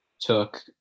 took